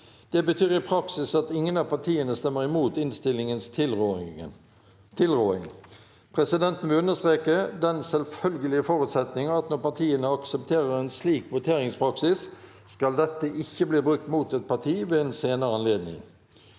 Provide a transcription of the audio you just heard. Det betyr i praksis at ingen av partiene stemmer imot innstillingens tilråding. Presidenten vil understreke den selvfølgelige forutsetning at når partiene aksepterer en slik voteringspraksis, skal dette ikke bli brukt mot et parti ved en senere anledning.